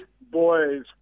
boys